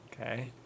Okay